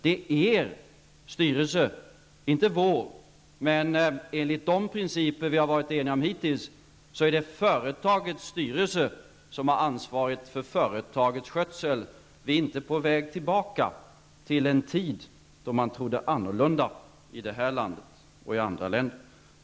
Det är er styrelse -- inte vår. Enligt de principer vi har varit eniga om hittills är det företagets styrelse som har ansvaret för företagets skötsel. Vi är inte på väg tillbaka till en tid då man trodde annorlunda här i landet och i andra länder.